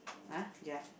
!huh! ya